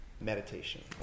Meditation